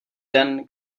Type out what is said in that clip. den